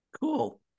Cool